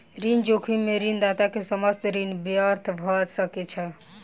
ऋण जोखिम में ऋणदाता के समस्त ऋण व्यर्थ भ सकै छै